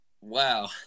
Wow